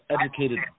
educated